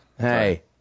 Hey